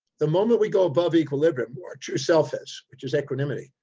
the moment we go above equilibrium, where our true self is, which is equanimity.